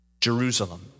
Jerusalem